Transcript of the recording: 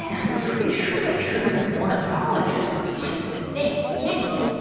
yeah i'm pretty sure that should have been an ornithologist yeah, you would think. anywho,